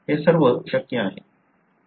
हे सर्व शक्य आहे